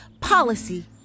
policy